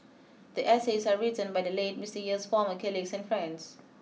the essays are written by the late Mister Yeo's former colleagues and friends